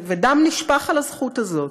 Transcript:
ודם נשפך על הזכות הזאת.